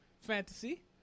fantasy